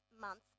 month